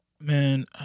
man